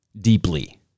deeply